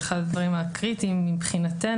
זה אחד הדברים הקריטיים מבחינתנו.